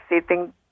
sitting